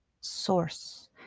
source